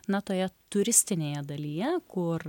na toje turistinėje dalyje kur